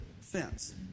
fence